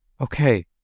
okay